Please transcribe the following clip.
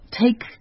take